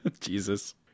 jesus